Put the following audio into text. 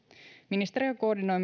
ministeriö koordinoi